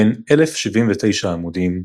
בן 1,079 העמודים,